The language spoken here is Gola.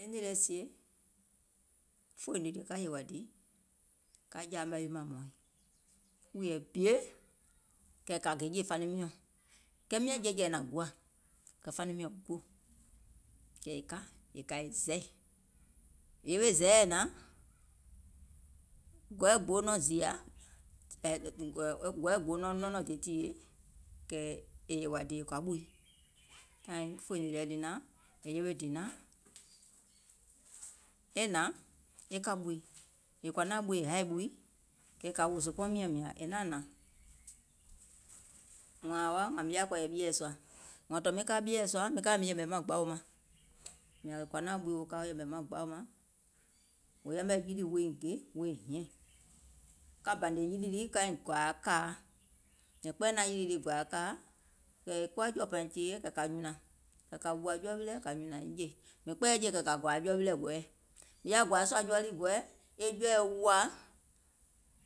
E nìì lɛ sie fòì nìlì ka yèwȧ dìì ka jȧȧ maìyììm mȧŋ hmɔ̀ɔ̀iŋ, wùìyèɛ bie kɛ̀ kȧ gè jè faniŋ miɔ̀ŋ, kɛɛ miȧŋ jɛɛ̀jɛɛ̀ nȧŋ guȧ, kɛ̀ faniŋ miɔ̀ŋ guò, kɛ̀ è ka è ka è zɛì, è yewe zɛɛɛ̀ è hnȧŋ, gɔɛɛ̀ gboo nɔŋ è zììyȧ, e gɔɛɛ̀ gboo nɔŋ nɔɔnɔŋ le tìyèe kɛ̀ è yèwȧ dìì è kȧ ɓùi, tàìŋ fòì nìlìɛ lii naȧŋ, è yewe dìì naȧŋ, e hnȧŋ e kȧ ɓùi, è kɔ̀ȧ naȧŋ è haì ɓùi, kɛ̀ kȧ wòò zòòbɔɔŋ miɔ̀ŋ mìȧŋ è naȧn hnȧŋ, wȧȧŋ hȧwa mìŋ yaȧ kɔ̀ɔ̀yɛ̀ ɓieɛ̀ sùȧ, wààŋ tɔ̀ miŋ ka ɓieɛ̀ sùȧ miŋ ka miŋ yɛmɛ̀ maŋ gbaù maŋ, mìȧŋ wò kɔ̀ȧ naȧŋ wèè wo yɛ̀mɛ̀ maŋ gbaù maŋ, wò yɛmɛ̀ yilì woiŋ gè woiŋ hiɛ̀ŋ, ka bȧnè yilì lii kaiŋ gɔ̀ȧȧ kȧa, mìŋ kpɛɛyɛ̀ naȧŋ yilì lii gɔ̀ȧȧ kȧa, kɛ̀ è kuwa jɔ̀ɔ̀ pȧìŋ tìyèe kɛ̀ kȧ nyùnȧŋ, kɛ̀ kȧ wùùwȧ jɔɔ wilɛ̀ kȧ nyùnȧŋ èiŋ jè, mìŋ kpɛɛyɛ̀ jèe kɛ̀ kȧ gɔ̀ȧȧ jɔɔ wilɛ̀ gɔɛɛ, mìŋ yaȧ gɔ̀ȧȧ sùȧ jɔɔ lii gɔɛɛ e jɔɔ lii wòȧ,